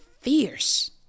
fierce